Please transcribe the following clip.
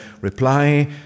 reply